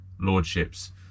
lordships